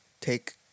take